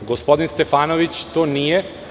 Gospodin Stefanović to nije.